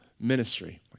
ministry